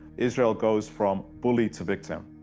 israel goes from bully to victim,